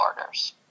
orders